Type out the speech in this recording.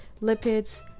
lipids